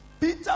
Peter